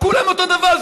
כולם אותו דבר.